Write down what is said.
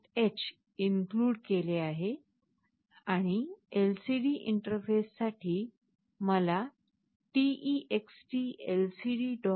h include केले आहे आणि LCD इंटरफेससाठी मला TextLCD